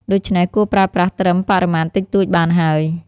ដូច្នេះ គួរប្រើប្រាស់ត្រឹមបរិមាណតិចតួចបានហើយ។